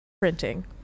printing